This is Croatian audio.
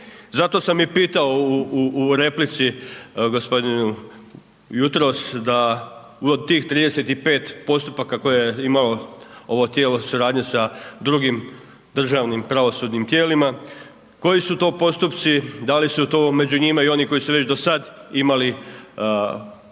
Zato sam i pitao i replici gospodinu jutros da ured tih 35 postupaka koje imao, ovo tijelo suradnje sa drugim državnim pravosudnim tijelima, koji su to postupci, da li su tu među njima i oni koji su već dosad imali poslovanje